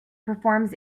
performs